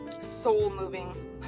soul-moving